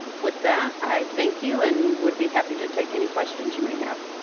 with that, i thank you and would be happy to take any questions you may have.